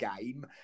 game